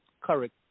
correct